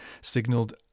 signaled